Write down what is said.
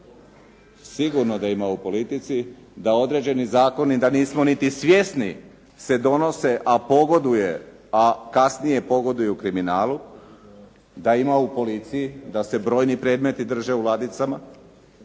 Sigurno da ima u politici. Da određeni zakoni, da nismo niti svjesni se donose, a pogoduje, a kasnije pogoduje kriminalu, da ima u policiji, da se brojni predmeti drže u ladicama